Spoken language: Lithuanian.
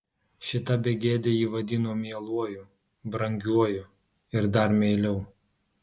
šita begėdė jį vadino mieluoju brangiuoju ir dar meiliau